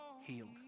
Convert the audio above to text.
healed